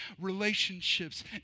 relationships